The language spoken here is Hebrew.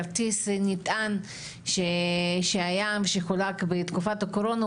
כרטיס נטען שחולק בתקופת הקורונה,